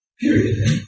period